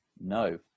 No